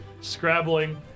scrabbling